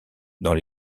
dans